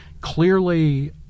clearly